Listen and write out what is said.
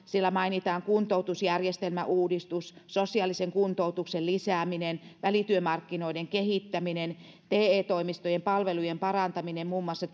siellä mainitaan kuntoutusjärjestelmäuudistus sosiaalisen kuntoutuksen lisääminen välityömarkkinoiden kehittäminen te toimistojen palvelujen parantaminen muun muassa